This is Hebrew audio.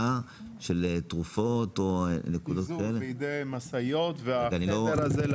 של תרופות או ----- וההיתר הזה,